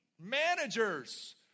managers